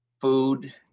food